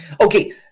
Okay